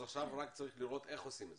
אז עכשיו רק צריך לראות איך עושים את זה.